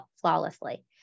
flawlessly